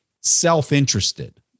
self-interested